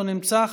לא נמצא,